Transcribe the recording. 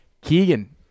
Keegan